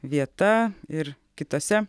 vieta ir kitose